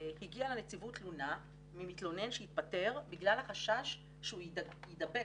הגיעה לנציבות תלונה ממתלונן שהתפטר בגלל החשש שהוא יידבק